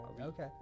Okay